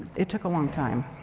it took a long time.